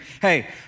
hey